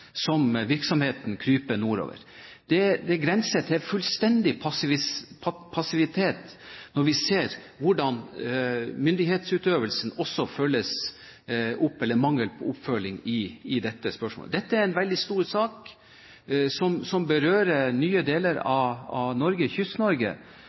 som virksomheten kryper nordover. Det grenser til fullstendig passivitet når vi ser hvordan myndighetsutøvelsen også følges opp – eller mangel på oppfølging – i dette spørsmålet. Dette er en veldig stor sak som berører nye deler